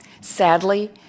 Sadly